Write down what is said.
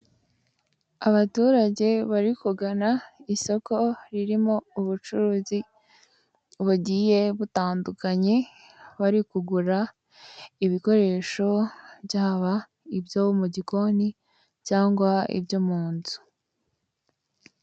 Abaturage bari kugana isoko ririmo ubucuruzi bagiye butandukanye, bari kugura ibikoresho byaba ibyo mu gikoni cyangwa ibyo mu nzu.